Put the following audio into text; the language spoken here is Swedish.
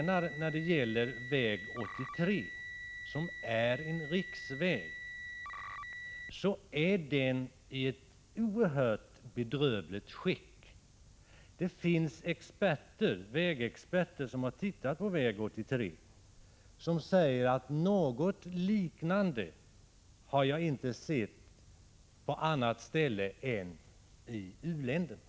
När det gäller väg 83, som är en riksväg, menar jag att den befinner sig i ett oerhört bedrövligt skick. Det finns vägexperter som har tittat på väg 83 och som säger att något liknande har de inte sett på andra ställen än i u-länderna.